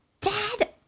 Dad